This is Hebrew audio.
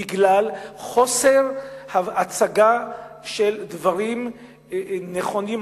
בגלל חוסר הצגה של דברים נכונים,